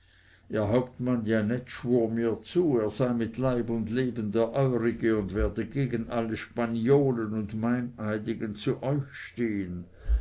ihr hauptmann janett schwur mir zu er sei mit leib und leben der eurige und werde gegen alle spaniolen und meineidigen zu euch stehen